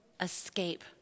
escape